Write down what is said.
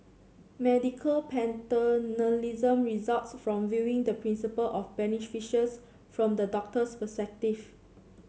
medical paternalism results from viewing the principle of beneficence from the doctor's perspective